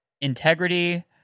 integrity